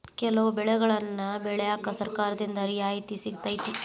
ಕೆಲವು ಬೆಳೆಗನ್ನಾ ಬೆಳ್ಯಾಕ ಸರ್ಕಾರದಿಂದ ರಿಯಾಯಿತಿ ಸಿಗತೈತಿ